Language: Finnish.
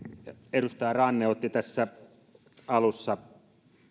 edustaja ranne otti tässä alussa